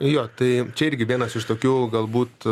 jo tai čia irgi vienas iš tokių galbūt